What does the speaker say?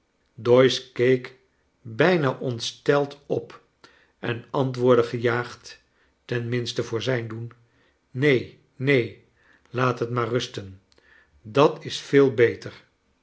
doyce keek bijna ontsteld op en antwoordde gejaagd ten minste voor zijn doen neen neenl laat het maar rusten dat is veel beter